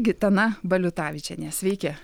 gitana baliutavičienė sveiki